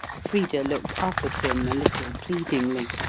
frida looked up at him a little pleadingly.